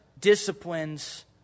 disciplines